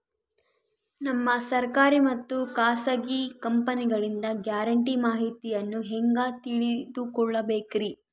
ನಮಗೆ ಸರ್ಕಾರಿ ಮತ್ತು ಖಾಸಗಿ ಕಂಪನಿಗಳಿಂದ ಗ್ಯಾರಂಟಿ ಮಾಹಿತಿಯನ್ನು ಹೆಂಗೆ ತಿಳಿದುಕೊಳ್ಳಬೇಕ್ರಿ?